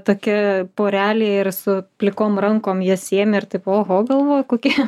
tokia porelė ir su plikom rankom jas ėmė ir taip oho galvoju kokie